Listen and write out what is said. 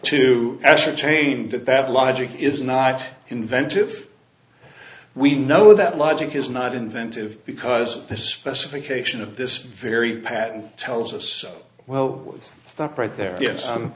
to ascertain that that logic is not inventive we know that logic is not inventive because the specification of this very pattern tells us well stop right there ye